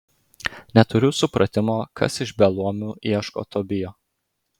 neturiu supratimo kas iš beluomių ieško tobijo